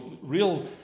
real